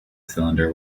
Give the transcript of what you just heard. cylinder